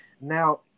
Now